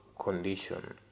condition